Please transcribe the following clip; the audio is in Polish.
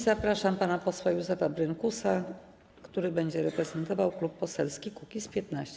Zapraszam pana posła Józefa Brynkusa, który będzie reprezentował Klub Poselski Kukiz’15.